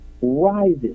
rises